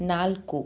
ನಾಲ್ಕು